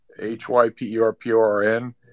H-Y-P-E-R-P-O-R-N